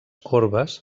corbes